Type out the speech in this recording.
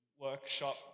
workshop